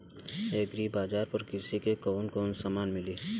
Agri बाजार पर कृषि के कवन कवन समान मिली?